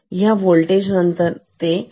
ह्या होल्टेज नंतर आपण खाली येणार आहोत